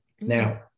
Now